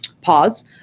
pause